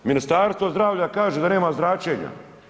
Ministarstvo zdravlja kaže da nema zračenja.